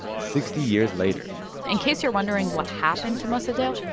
sixty years later in case you're wondering what happened to mossadegh.